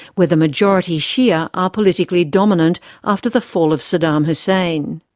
where the majority shi'a are politically dominant after the fall of saddam hussein.